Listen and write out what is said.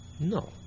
No